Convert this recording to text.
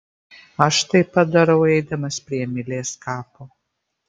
aš taip pat darau eidamas prie emilės kapo